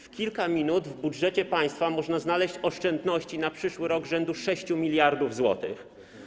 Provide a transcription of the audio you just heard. W kilka minut w budżecie państwa można znaleźć oszczędności na przyszły rok rzędu 6 mld zł.